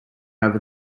over